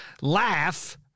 laugh